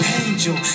angel